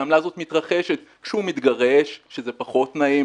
העמלה הזו מתרחשת כשהוא מתגרש, שזה פחות נעים.